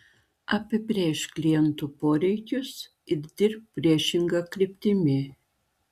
apibrėžk klientų poreikius ir dirbk priešinga kryptimi